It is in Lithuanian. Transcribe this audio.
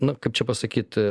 na kaip čia pasakyt